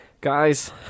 Guys